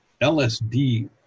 LSD